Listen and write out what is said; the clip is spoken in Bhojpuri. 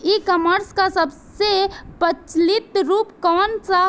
ई कॉमर्स क सबसे प्रचलित रूप कवन सा ह?